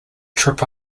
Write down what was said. trip